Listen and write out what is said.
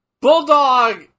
Bulldog